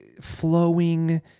flowing